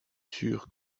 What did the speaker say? sûr